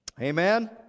Amen